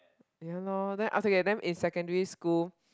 ya loh then after that then in secondary school